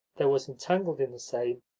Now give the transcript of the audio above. there was entangled in the same,